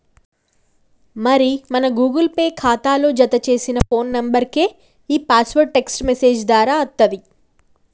మరి మన Google Pay ఖాతాలో జతచేసిన ఫోన్ నెంబర్కే ఈ పాస్వర్డ్ టెక్స్ట్ మెసేజ్ దారా అత్తది